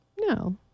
No